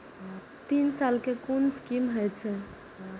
तीन साल कै कुन स्कीम होय छै?